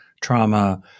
trauma